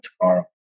tomorrow